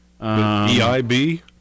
EIB